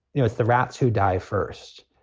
you know it's the rats who die first.